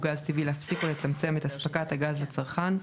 גז טבעי להפסיק או לצמצם את אספקת הגז לצרכן,